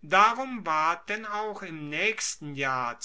darum ward denn auch im naechsten jahr